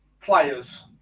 players